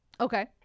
okay